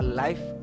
life